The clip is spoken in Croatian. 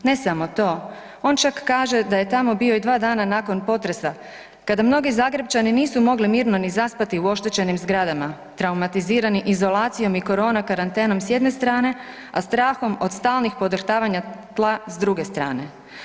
Ne samo to, on čak kaže da je tamo bio i dva dana nakon potresa kada mnogi Zagrepčani nisu mogli ni mirno zaspati u oštećenim zgradama, traumatizirani izolacijom i korona karantenom s jedne strane, a strahom od stalnih podrhtavanja tla s druge strane.